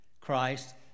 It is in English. Christ